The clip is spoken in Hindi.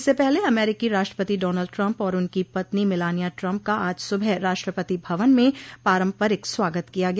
इससे पहले अमेरिकी राष्ट्रपति डानल्ड ट्रम्प और उनकी पत्नी मलानिया ट्रम्प का आज सुबह राष्ट्रपति भवन में पारंपरिक स्वागत किया गया